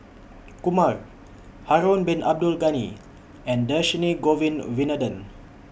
Kumar Harun Bin Abdul Ghani and Dhershini Govin Winodan